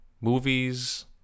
movies